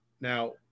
now